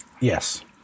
Yes